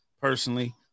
personally